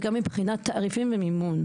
וגם מבחינת תעריפים ומימון,